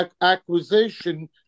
acquisition